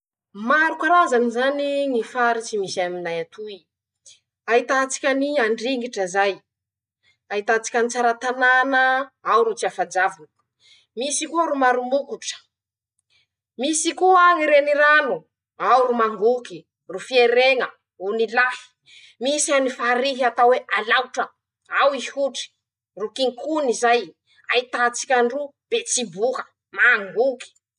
Maro karazany zany ñy faritsy misy aminay atoy: -Ahitatsika ny Andringitra zay, ahitatsika ny Tsaratanàna, ao ro tsiafajavo, misy koa ro maromokotra, misy koa ñy renirano: ao ro mangoky, ro fiereña, onilahy, misy any farihy atao hoe alaotra, ao ihotry, ro kinkony zay, ahitatsika any ro betsiboka, mangoky.